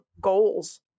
goals